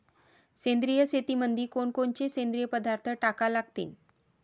सेंद्रिय शेतीमंदी कोनकोनचे सेंद्रिय पदार्थ टाका लागतीन?